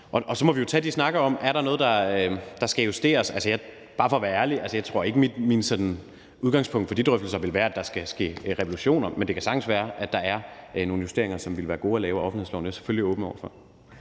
Og så må vi jo tage de snakke om: Er der noget, der skal justeres? Bare for at være ærlig: Jeg tror ikke, at mit sådan udgangspunkt for de drøftelser vil være, at der skal ske revolutioner, men det kan sagtens være, at der er nogle justeringer af offentlighedsloven, som ville være gode at lave, og det er jeg selvfølgelig åben over for.